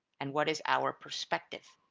and what is our perspective.